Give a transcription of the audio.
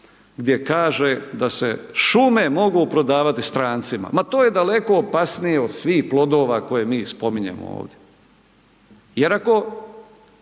gdje kaže da se šume mogu prodavati strancima, ma to je daleko opasnije od svih plodova koje mi spominjemo ovdje, jer ako